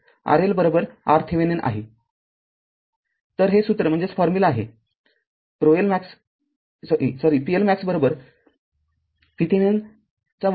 तरहे सूत्र आहे pLmax VThevenin२ भागिले ४ RL